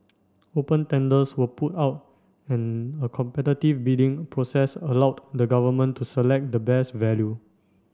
open tenders were put out and a competitive bidding process allowed the Government to select the best value